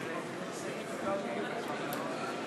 תכף.